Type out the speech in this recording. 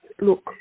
look